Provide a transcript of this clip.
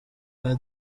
bwa